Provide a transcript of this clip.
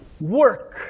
work